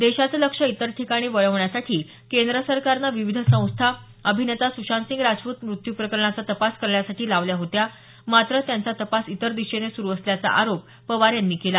देशाचं लक्ष इतर ठिकाणी वळवण्यासाठी केंद्र सरकारनं विविध संस्था अभिनेता सुशांतसिंग राजपूत मृत्यू प्रकरणाचा तपास करण्यासाठी लावल्या होत्या मात्र त्यांचा तपास इतर दिशेने सुरू असल्याचा आरोप पवार यांनी केला